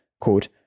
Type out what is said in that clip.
quote